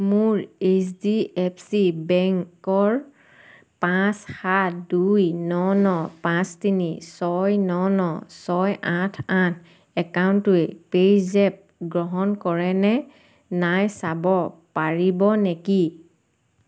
মোৰ এইচডিএফচি বেংকৰ পাঁচ সাত দুই ন ন পাঁচ তিনি ছয় ন ন ছয় আঠ আঠ একাউণ্টটোৱে পে'জেপ গ্ৰহণ কৰে নে নাই চাব পাৰিব নেকি